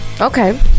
Okay